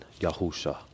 Yahusha